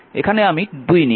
এখানে আমি 2 নিয়েছি